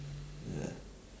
ya